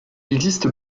existe